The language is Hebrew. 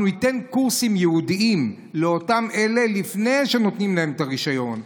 אנחנו ניתן קורסים ייעודיים לאותם אלה לפני שנותנים להם את הרישיון,